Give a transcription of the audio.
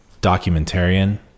documentarian